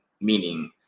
meaning